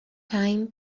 time